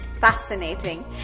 fascinating